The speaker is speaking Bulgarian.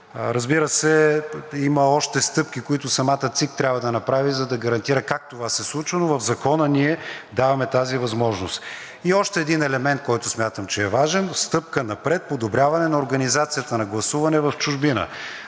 Разбира се, има още стъпки, които самата ЦИК трябва да направи, за да гарантира как това се случва, но в Закона ние даваме тази възможност. И още един елемент, който смятам, че е важен, стъпка напред, подобряване на организацията на гласуване в чужбина.